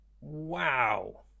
Wow